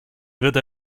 würde